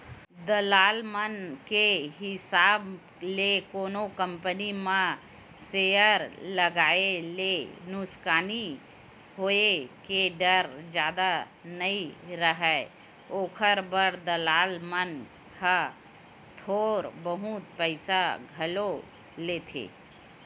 दलाल मन के हिसाब ले कोनो कंपनी म सेयर लगाए ले नुकसानी होय के डर जादा नइ राहय, ओखर बर दलाल मन ह थोर बहुत पइसा घलो लेथें